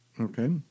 Okay